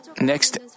Next